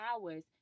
hours